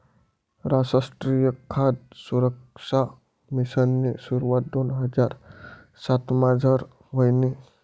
रासट्रीय खाद सुरक्सा मिशननी सुरवात दोन हजार सातमझार व्हयनी